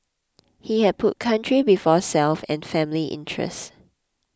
he had put country before self and family interest